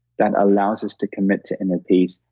that allows us to commit to inner peace,